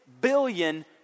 billion